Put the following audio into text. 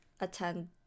attend